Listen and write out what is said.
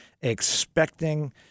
expecting